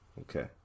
Okay